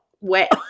wet